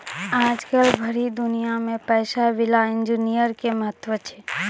आजकल भरी दुनिया मे पैसा विला इन्जीनियर के महत्व छै